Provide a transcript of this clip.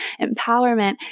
empowerment